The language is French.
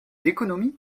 économies